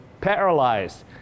paralyzed